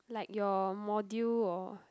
like your module or